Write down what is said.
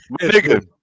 nigga